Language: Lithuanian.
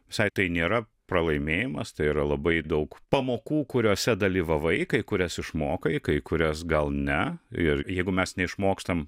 visai tai nėra pralaimėjimas tai yra labai daug pamokų kuriose dalyvavai kai kurias išmokai kai kurias gal ne ir jeigu mes neišmokstam